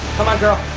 come on, girl,